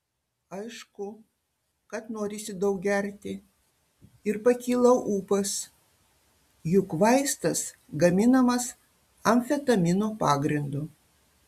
aišku kad norisi daug gerti ir pakyla ūpas juk vaistas gaminamas amfetamino pagrindu